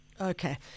Okay